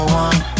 one